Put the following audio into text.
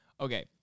Okay